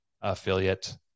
Affiliate